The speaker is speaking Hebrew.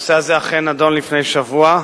הנושא הזה אכן נדון לפני שבוע,